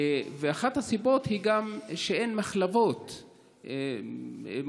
אחת הסיבות היא גם שאין מחלבות מוסדרות,